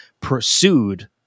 pursued